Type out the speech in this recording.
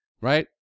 right